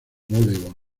voleibol